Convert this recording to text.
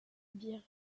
bière